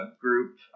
group